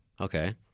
okay